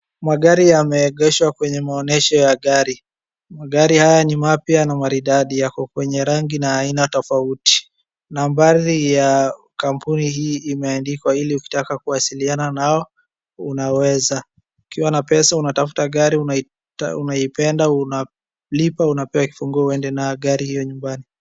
Magari yameegeshwa kwenye maonyesho ya gari. Magari haya ni mapya na maridadi yako kwenye rangi na aina tofauti. Nambari ya kampuni hii imeandikwa ili ukitaka kuwasiliana nao unaweza. Ukiwa na pesa unatafuta gari unaipenda unalipa unapewa kifunguo uende nayo gari hiyo nyumbani.